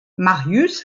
marius